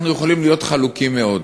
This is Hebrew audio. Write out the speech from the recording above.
אנחנו יכולים להיות חלוקים מאוד,